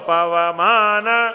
Pavamana